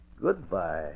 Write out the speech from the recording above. Goodbye